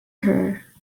her